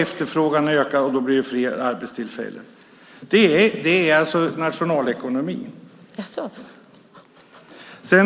Efterfrågan ökar, och då blir det fler arbetstillfällen. Det är nationalekonomi.